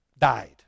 died